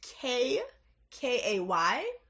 K-K-A-Y